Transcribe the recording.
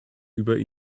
über